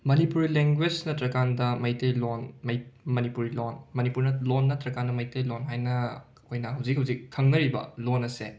Manipuri language ꯅꯠꯇ꯭ꯔꯀꯥꯟꯗ ꯃꯩꯇꯩꯂꯣꯟ ꯃꯩꯠ ꯃꯅꯤꯄꯨꯔꯤ ꯂꯣꯟ ꯃꯅꯤꯄꯨꯔ ꯂꯣꯟ ꯅꯠꯇ꯭ꯔꯀꯥꯟꯗ ꯃꯩꯇꯩꯂꯣꯟ ꯍꯥꯏꯅ ꯑꯩꯈꯣꯏꯅ ꯍꯧꯖꯤꯛ ꯍꯧꯖꯤꯛ ꯈꯪꯅꯔꯤꯕ ꯂꯣꯟ ꯑꯁꯦ